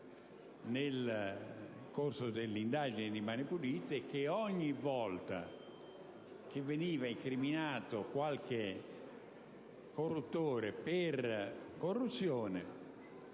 Nel corso delle indagini di Mani pulite abbiamo visto che ogni volta che veniva incriminato qualche corruttore per corruzione